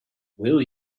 will